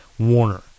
Warner